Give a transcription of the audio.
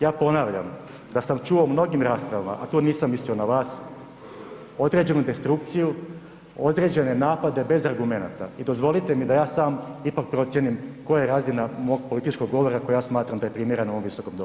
Ja ponavljam da sam čuo u mnogim raspravama, a to nisam mislio na vas, određenu destrukciju, određene napade bez argumenata i dozvolite mi da ja sam ipak procijenim koja je razina mog političkog govora koji ja smatram da je primjeren ovom visokom domu.